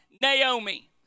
Naomi